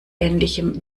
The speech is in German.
ähnlichem